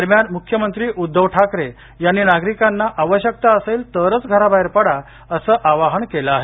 दरम्यान मुख्यमंत्री उद्धव ठाकरे यांनी नागरिकांना आवश्यकता असेल तरच घराबाहेर पडा असं आवाहन केलं आहे